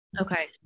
Okay